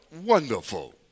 wonderful